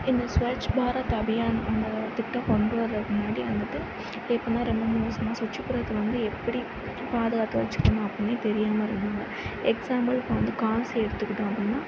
இந்த ஸ்வச் பாரத் அபியான் அந்த திட்டம் கொண்டு வரதுக்கு முன்னாடி வந்துட்டு இப்போ எப்பட்னா ரெண்டு மூணு வருஷமாக சுற்றுப்புறத்தில் வந்து எப்படி பாதுகாத்து வச்சுக்கணும் அப்படினே தெரியாமல் இருந்தாங்க எக்ஸாம்புள் இப்போ வந்து காசை எடுத்துக்கிட்டோம் அப்படினா